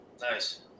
Nice